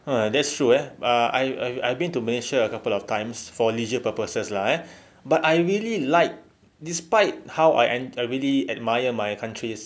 ah that's true eh I I I been to malaysia a couple of times for leisure purposes lah eh but I really like despite how I I really admire my country